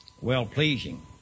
Well-pleasing